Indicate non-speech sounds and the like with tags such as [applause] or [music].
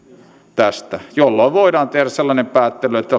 tästä jolloin voidaan tehdä sellainen päättely että [unintelligible]